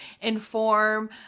inform